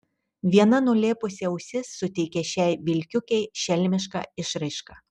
viena nulėpusi ausis suteikia šiai vilkiukei šelmišką išraišką